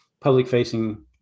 public-facing